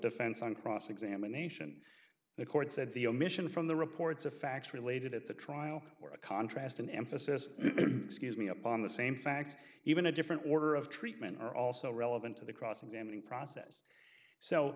defense on cross examination the court said the omission from the reports of facts related at the trial or a contrast in emphasis excuse me up on the same facts even a different order of treatment are also relevant to the cross examining process so